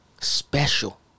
Special